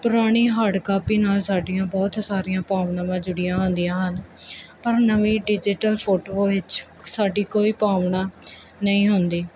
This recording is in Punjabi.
ਪੁਰਾਣੀ ਹਾਰਡ ਕਾਪੀ ਨਾਲ ਸਾਡੀਆਂ ਬਹੁਤ ਸਾਰੀਆਂ ਭਾਵਨਾਵਾਂ ਜੁੜੀਆਂ ਹੁੰਦੀਆਂ ਹਨ ਪਰ ਨਵੀਂ ਡਿਜੀਟਲ ਫੋਟੋ ਵਿੱਚ ਸਾਡੀ ਕੋਈ ਭਾਵਨਾ ਨਹੀਂ ਹੁੰਦੀ